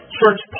church